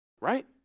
Right